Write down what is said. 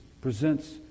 presents